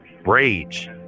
rage